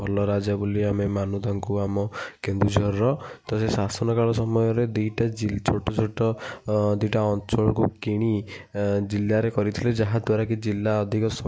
ଭଲ ରାଜା ବୋଲି ଆମେ ମାନୁ ତାଙ୍କୁ ଆମ କେନ୍ଦୁଝରର ତ ଶାସନ କାଳ ସମୟରେ ଦୁଇଟା ଜି ଛୋଟ ଛୋଟ ଦୁଇଟା ଅଞ୍ଚଳକୁ କିଣି ଜିଲ୍ଲାରେ କରିଥିଲେ ଯାହାଦ୍ୱାରା କି ଜିଲ୍ଲା ଅଧିକ ଶକ୍ତିଶାଳୀ